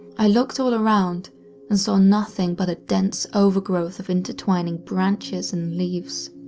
i looked all around and saw nothing but a dense overgrowth of intertwining branches and leaves.